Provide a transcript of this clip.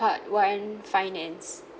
part one finance